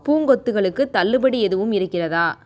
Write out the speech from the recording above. பூங்கொத்துகளுக்குத் தள்ளுபடி எதுவும் இருக்கிறதா